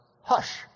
hush